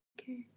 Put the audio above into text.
Okay